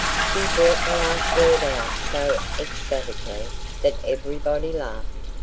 she brought the last word out so ecstatically that everybody laughed.